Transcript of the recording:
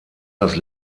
das